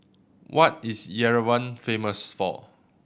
what is Yerevan famous for